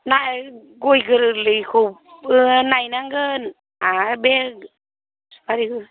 नाय गय गोरलैखौबो नायनांगोन आरो बे सुफारिबो